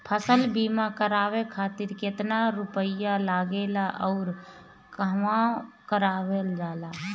फसल बीमा करावे खातिर केतना रुपया लागेला अउर कहवा करावल जाला?